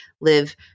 live